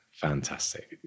Fantastic